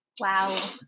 Wow